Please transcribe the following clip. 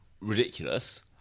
ridiculous